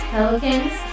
Pelicans